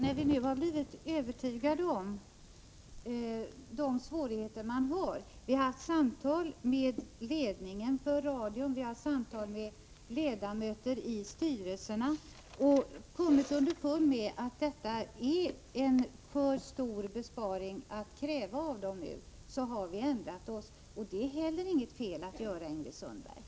Fru talman! Vi har nu blivit övertygade om de svårigheter man har. Vi har haft samtal med ledningen för radion samt med styrelseledamöter och kommit underfund med att detta är en för stor besparing att kräva, och då har vi ändrat oss. Det är inget fel att göra det, Ingrid Sundberg.